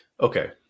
okay